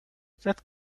that